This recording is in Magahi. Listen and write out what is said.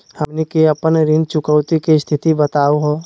हमनी के अपन ऋण चुकौती के स्थिति बताहु हो?